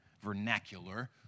vernacular